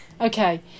okay